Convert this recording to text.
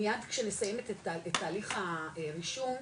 מיד כשנסיים את תהליך הרישום,